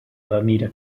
alameda